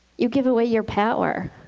you give away your power.